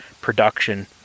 production